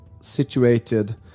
situated